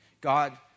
God